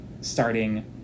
starting